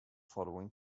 following